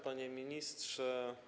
Panie Ministrze!